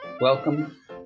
welcome